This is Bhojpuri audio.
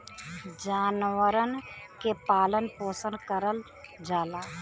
जानवरन के पालन पोसन करल जाला